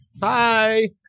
Hi